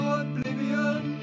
oblivion